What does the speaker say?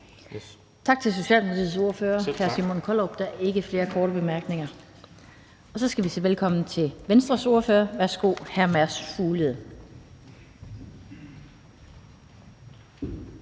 Tak til Socialdemokratiets ordfører, hr. Simon Kollerup. Der er ikke flere korte bemærkninger. Så skal vi sige velkommen til Venstres ordfører. Værsgo, hr. Mads Fuglede.